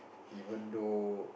even though